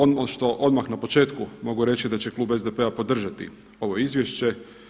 Ono što odmah na početku mogu reći da će klub SDP-a podržati ovo izvješće.